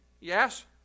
Yes